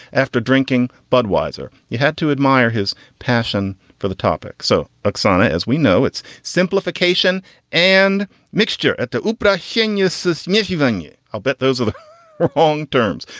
after drinking budweiser, you had to admire his passion for the topic. so, oksana, as we know, it's simplification and mixture at the upright shinya system achieving you. i'll bet those are the wrong terms,